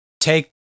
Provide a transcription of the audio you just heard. take